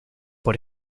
por